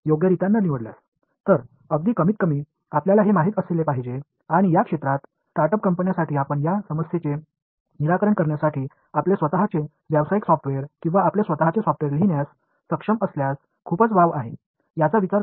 உங்கள் விருப்பங்களை நீங்கள் சரியாக தேர்ந்து எடுக்க வேண்டும் எனவே குறைந்த பட்சம் நீங்கள் அதை அறிந்திருக்க வேண்டும் மேலும் இந்த சிக்கல்களைத் தீர்ப்பதற்கு உங்கள் சொந்த வணிக மென்பொருளை அல்லது உங்கள் சொந்த மென்பொருளை எழுத முடிந்தால் மிகவும் நல்லது இதற்காக ஸ்டார்டப் நிறுவனங்களுக்கு நிறைய உள்ளன என்று நீங்கள் நினைக்கலாம்